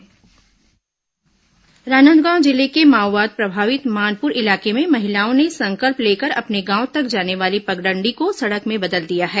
राजनांदगांव सड़क निर्माण राजनांदगांव जिले के माओवाद प्रभावित मानपुर इलाके में महिलाओं ने संकल्प लेकर अपने गांव तक जाने वाली पगडंडी को सड़क में बदल दिया है